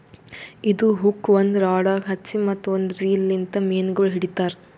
ಇದು ಹುಕ್ ಒಂದ್ ರಾಡಗ್ ಹಚ್ಚಿ ಮತ್ತ ಒಂದ್ ರೀಲ್ ಲಿಂತ್ ಮೀನಗೊಳ್ ಹಿಡಿತಾರ್